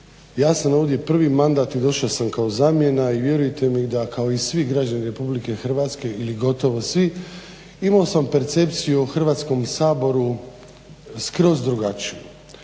Ja sam ovdje prvi mandat i došao sam kao zamjena i vjerujte mi da kao i svi građani Republike Hrvatske ili gotovo svi imao sam percepciju o Hrvatskom saboru skroz drugačiju.